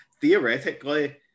theoretically